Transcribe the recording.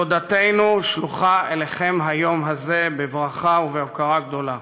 תודתנו שלוחה אליכם היום בברכה ובהוקרה גדולה.